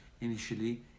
initially